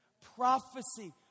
Prophecy